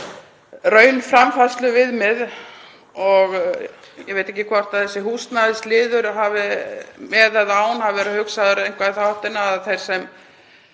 raunframfærsluviðmiðið? Ég veit ekki hvort þessi húsnæðisliður, með eða án, hafi verið hugsaður eitthvað í þá átt að þeir sem